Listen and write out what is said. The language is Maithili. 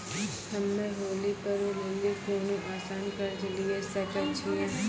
हम्मय होली पर्व लेली कोनो आसान कर्ज लिये सकय छियै?